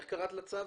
איך קראת לחוק?